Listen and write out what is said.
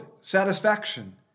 satisfaction